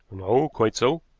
no, quite so,